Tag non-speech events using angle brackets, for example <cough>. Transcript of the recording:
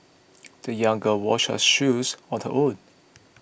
<noise> the young girl washed her shoes on her own